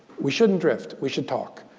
we shouldn't drift. we should talk.